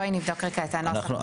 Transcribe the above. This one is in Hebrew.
בואי נבדוק את הנוסח ביחד.